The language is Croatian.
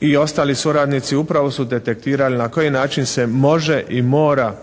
i ostali suradnici upravo su detektirali na koji način se može i mora